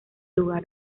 lugar